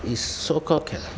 is so called Carou~